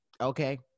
okay